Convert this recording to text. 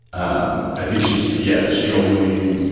um i think she, yeah, she only,